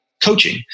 coaching